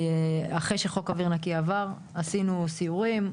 אחרי שחוק אויר נקי עבר עשינו סיורים,